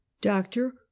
doctor